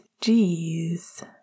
Geez